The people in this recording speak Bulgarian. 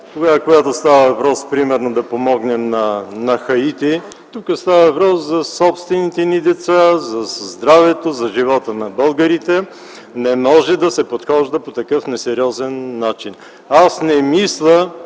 когато става въпрос примерно да помогнем на Хаити, а тук става въпрос за собствените ни деца, за здравето, за живота на българите. Не може да се подхожда по такъв несериозен начин. Аз не мисля,